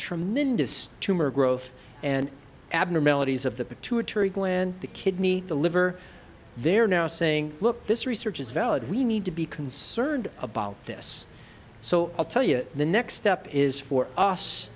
tremendous tumor growth and abnormalities of the pituitary gland the kidney the liver they're now saying look this research is valid we need to be concerned about this so i'll tell you the next step is for us